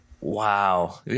wow